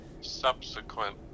subsequent